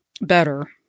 better